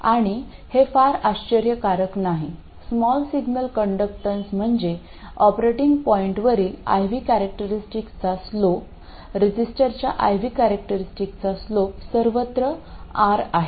आणि हे फार आश्चर्यकारक नाही स्मॉल सिग्नल कंडक्टन्स म्हणजे ऑपरेटिंग पॉईंटवरील I V कॅरॅक्टेरिस्टिकचा स्लोप रजिस्टरच्या I V कॅरॅक्टेरिस्टिकचा स्लोप सर्वत्र 1R आहे